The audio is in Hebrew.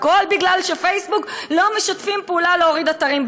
הכול מפני שפייסבוק לא משתפים פעולה בהורדת אתרים?